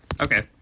Okay